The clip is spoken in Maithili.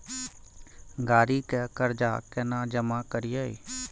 गाड़ी के कर्जा केना जमा करिए?